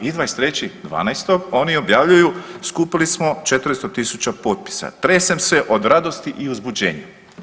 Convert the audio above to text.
I 23.12. oni objavljuju skupili smo 400 000 potpisa, tresem se od radosti i uzbuđenja.